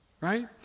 right